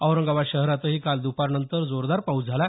औरंगाबाद शहरातही काल द्रपारनंतर जोरदार पाऊस झाला